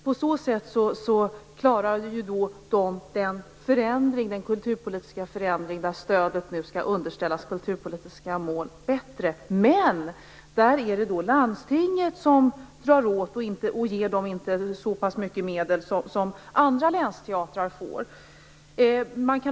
På så sätt klarar man bättre den kulturpolitiska förändring som innebär att stödet nu skall underställas kulturpolitiska mål. Landstinget drar emellertid åt och ger inte teatern så mycket medel som andra länsteatrar får.